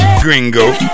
gringo